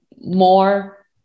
more